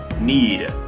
need